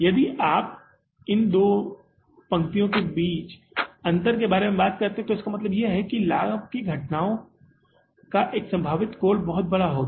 यदि आप इन दो पंक्तियों के बीच अंतर के बारे में बात करते हैं तो इसका मतलब है कि लाभ की घटनाओं का एक संभावित कोण बहुत बड़ा होगा